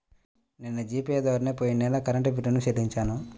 నిన్న G Pay ద్వారానే పొయ్యిన నెల కరెంట్ బిల్లుని చెల్లించాను